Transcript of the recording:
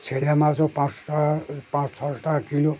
ছেলে মাছও পাঁচশো টাকা পাঁচ ছশো টাকা কিলো